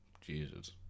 Jesus